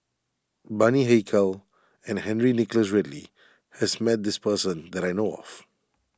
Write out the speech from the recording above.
Bani Haykal and Henry Nicholas Ridley has met this person that I know of